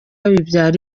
bibyara